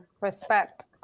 Respect